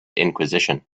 inquisition